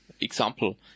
Example